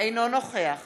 אינו נוכח